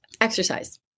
exercise